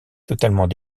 totalement